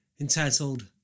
entitled